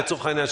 לצורך העניין,